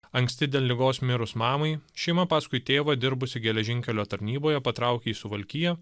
anksti dėl ligos mirus mamai šeima paskui tėvą dirbusį geležinkelio tarnyboje patraukė į suvalkiją